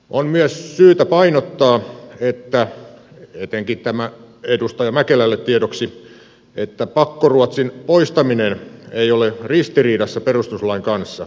on myös syytä painottaa tämä etenkin edustaja mäkelälle tiedoksi että pakkoruotsin poistaminen ei ole ristiriidassa perustuslain kanssa